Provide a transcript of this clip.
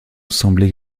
semblent